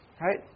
right